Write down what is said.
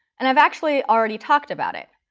and i've actually already talked about it.